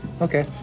Okay